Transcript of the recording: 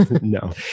No